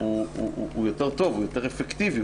היא יותר אפקטיבית,